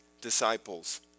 disciples